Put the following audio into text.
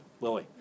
Lily